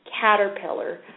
Caterpillar